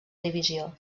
divisió